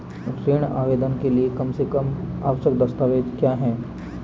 ऋण आवेदन के लिए कम से कम आवश्यक दस्तावेज़ क्या हैं?